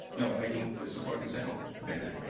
no, i don't support this at all, thank